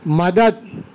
مدد